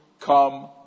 come